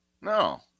No